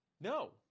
No